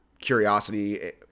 curiosity